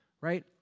right